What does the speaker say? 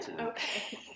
Okay